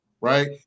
right